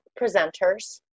presenters